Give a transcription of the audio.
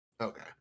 okay